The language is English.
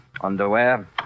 underwear